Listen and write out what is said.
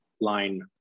line